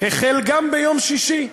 החל גם ביום שישי,